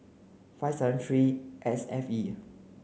five seven three S F E